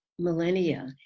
millennia